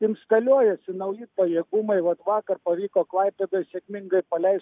instaliuojasi nauji pajėgumai vat vakar pavyko klaipėdoj sėkmingai paleist